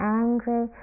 angry